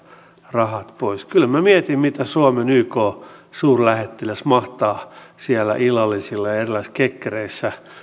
rahat pois kyllä minä mietin mitä suomen yk suurlähettiläs mahtaa siellä illallisilla ja erilaisissa kekkereissä